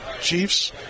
Chiefs